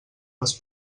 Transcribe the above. les